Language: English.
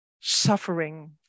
suffering